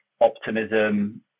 optimism